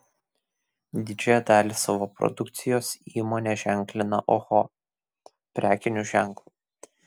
didžiąją dalį savo produkcijos įmonė ženklina oho prekiniu ženklu